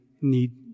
need